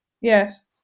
Yes